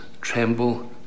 tremble